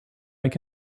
like